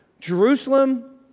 Jerusalem